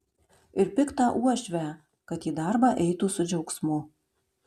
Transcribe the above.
ir piktą uošvę kad į darbą eitų su džiaugsmu